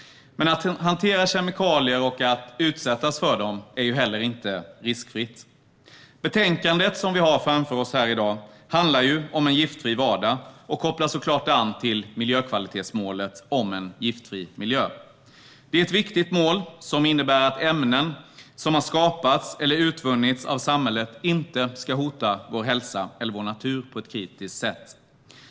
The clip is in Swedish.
Men att hantera kemikalier och att utsättas för dem är inte riskfritt. Betänkandet som vi har framför oss här i dag handlar om en giftfri vardag och kopplar såklart an till miljökvalitetsmålet om en giftfri miljö. Det är ett viktigt mål som innebär att ämnen som har skapats eller utvunnits av samhället inte ska hota vår hälsa eller vår natur på ett kritiskt sätt.